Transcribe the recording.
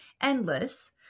Endless